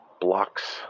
blocks